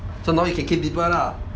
so now you can kiss people lah